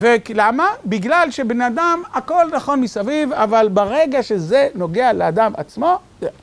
כי למה? בגלל שבן אדם, הכל נכון מסביב, אבל ברגע שזה נוגע לאדם עצמו, זה...